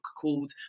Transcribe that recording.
called